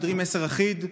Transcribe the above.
משדרים מסר אחיד: